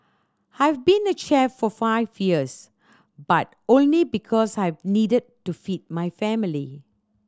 I've been a chef for five years but only because I needed to feed my family